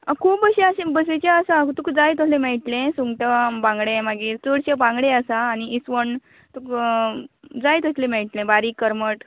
खूब अशी आस बशेंची आसा तुका जाय तसलें मेळटलें सुंगटां बांगडें मागीर चडशें बांगडें आसा आनी इसवण तुका जाय तसलें मेळटलें बारीक करमट